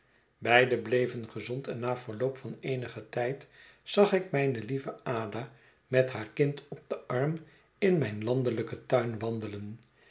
beide bleven gezond en na verloop van eenigen tijd zag ik mijne lieve ada met haar kind op den arm in mijn landelijken tuin wandelen